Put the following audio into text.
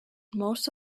most